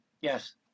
Yes